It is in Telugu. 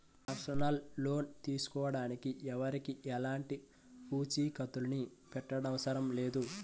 పర్సనల్ లోన్ తీసుకోడానికి ఎవరికీ ఎలాంటి పూచీకత్తుని పెట్టనవసరం లేదు